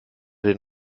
den